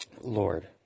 Lord